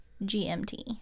GMT